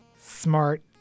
smart